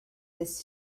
this